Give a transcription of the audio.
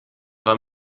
war